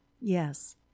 Yes